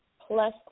plus